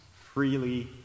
freely